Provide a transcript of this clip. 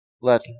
Let